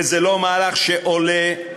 וזה לא מהלך שעולה,